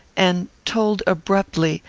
and told abruptly,